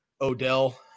Odell